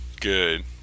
good